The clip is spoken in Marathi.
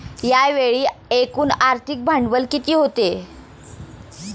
यावेळी एकूण आर्थिक भांडवल किती होते?